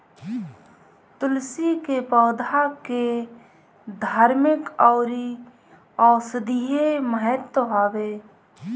तुलसी के पौधा के धार्मिक अउरी औषधीय महत्व हवे